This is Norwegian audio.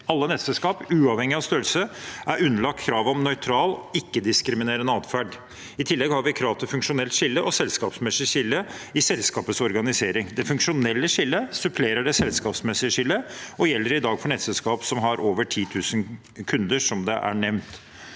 Alle nettselskap, uavhengig av størrelse, er underlagt kravet om nøytral, ikke-diskriminerende atferd. I tillegg har vi krav til funksjonelt skille og selskapsmessig skille i selskapets organisering. Det funksjonelle skillet supplerer det selskapsmessige skillet og gjelder i dag for nettselskaper som har over 10 000 kunder, som nevnt.